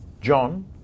John